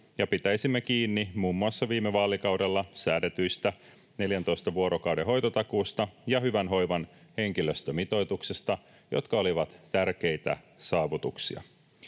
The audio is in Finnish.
ja pitäisimme kiinni muun muassa viime vaalikaudella säädetyistä 14 vuorokauden hoitotakuusta ja hyvän hoivan henkilöstömitoituksesta, jotka olivat tärkeitä saavutuksia.